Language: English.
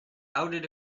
outed